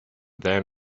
then